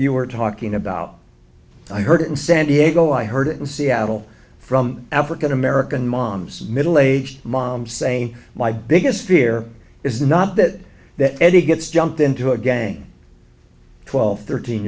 you were talking about i heard it in san diego i heard it in seattle from african american moms middle aged moms say my biggest fear is not that that eddie gets jumped into a gang twelve thirteen